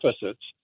deficits